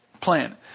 plan